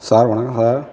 sir வணக்கம் sir